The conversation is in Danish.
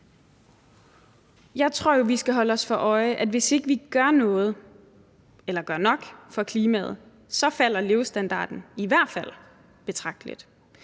Jeg tror jo, at vi skal holde os for øje, at hvis ikke vi gør noget – eller gør nok – for klimaet, så falder levestandarden i hvert fald betragteligt.